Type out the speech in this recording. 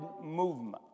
movement